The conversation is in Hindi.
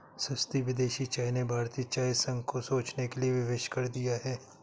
सस्ती विदेशी चाय ने भारतीय चाय संघ को सोचने के लिए विवश कर दिया है